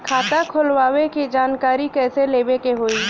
खाता खोलवावे के जानकारी कैसे लेवे के होई?